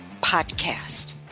podcast